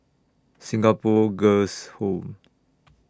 Singapore Girls' Home